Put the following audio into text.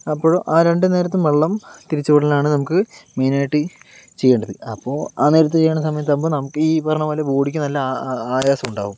അപ്പോഴും ആ രണ്ട് നേരത്തും വെള്ളം തിരിച്ചു വിടലാണ് നമുക്ക് മെയ്നായിട്ട് ചെയ്യേണ്ടത് അപ്പോൾ ആ നേരത്ത് ചെയ്യണ സമയത്താകുമ്പോൾ നമുക്ക് ഈ പറഞ്ഞ പോലെ ബോഡിക്ക് നല്ല ആ ആയസമുണ്ടാകും